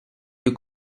più